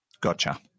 Gotcha